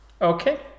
Okay